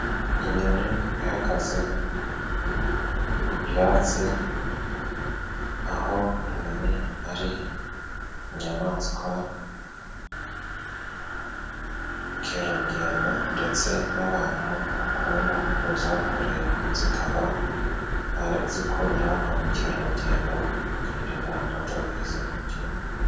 Inyoni ihagaze ku byatsi aho inyoni ari inyamaswa abakerarugendo ndetse n'abantu bakunda kuza kureba, zikaba zikurura ba mukerarugendo bakinjiza amadovize mu gihugu.